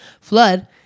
Flood